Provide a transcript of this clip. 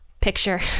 picture